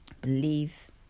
Believe